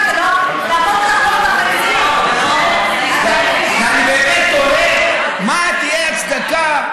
לאפשר, מה תהיה ההצדקה?